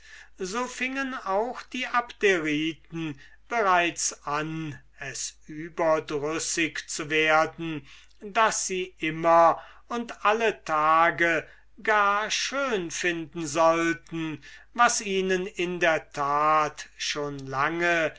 so fingen auch die abderiten bereits an es überdrüssig zu werden immer und alle tage gar schön zu finden was ihnen in der tat schon lange